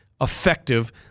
effective